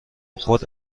خود